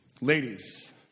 Ladies